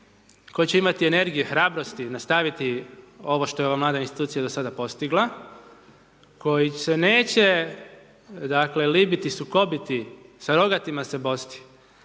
tko će imati energije, hrabrosti nastaviti ovo što je ova mlada institucija postigla koji se neće dakle libiti sukobiti sa rogatima se bosti,